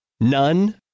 None